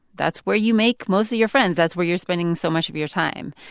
that's where you make most of your friends. that's where you're spending so much of your time.